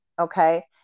okay